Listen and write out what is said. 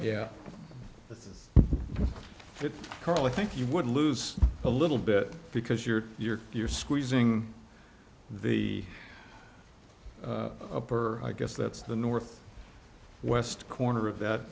karl i think you would lose a little bit because you're you're you're squeezing the upper i guess that's the north west corner of that